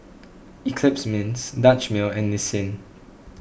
Eclipse Mints Dutch Mill and Nissin